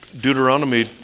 Deuteronomy